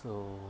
so